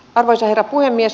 arvoisa herra puhemies